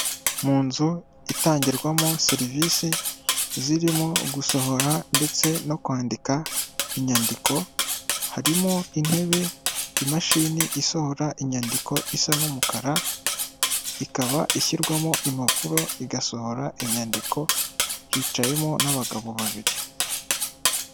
Mu nzu itangirwamo serivisi zirimo gusohora ndetse no kwandika inyandiko harimo intebe, imashini isohora inyandiko isa n'umukara ikaba ishyirwamo impapuro igasohora inyandiko hicayemo n'abagabo babiri.